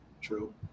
True